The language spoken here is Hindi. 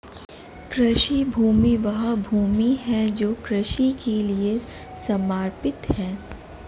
कृषि भूमि वह भूमि है जो कृषि के लिए समर्पित है